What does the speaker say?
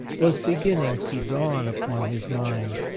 was beginning to dawn upon his mind.